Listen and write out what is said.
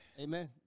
Amen